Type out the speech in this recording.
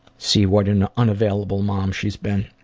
see what an unavailable mom she's been.